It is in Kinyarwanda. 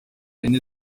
yine